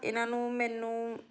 ਇਹਨਾਂ ਨੂੰ ਮੈਨੂੰ